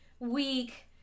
week